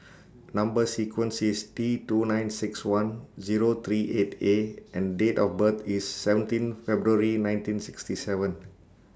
Number sequence IS T two nine six one Zero three eight A and Date of birth IS seventeen February nineteen sixty seven